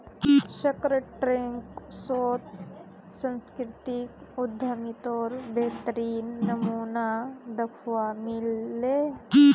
Shark Tank शोत सांस्कृतिक उद्यमितार बेहतरीन नमूना दखवा मिल ले